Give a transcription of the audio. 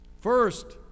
First